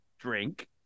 drink